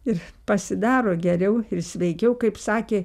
ir pasidaro geriau ir sveikiau kaip sakė